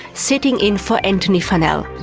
sitting in for antony funnell.